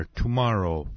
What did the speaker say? tomorrow